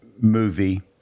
movie